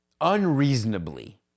unreasonably